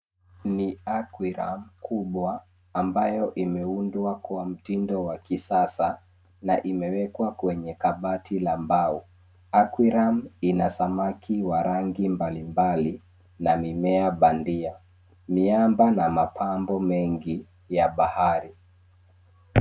Ni aquarium kubwa ambayo imeundwa kwa mtindo wa kisasa na imewekwa kwenye kabati la mbao. Aqurium ina samaki wa rangi mbalimbali na mimea bandia, miamba na mapambo mengi ya bahari.